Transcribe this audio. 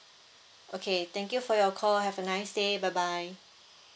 okay thank you for your call have a nice day bye bye